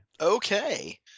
Okay